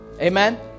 Amen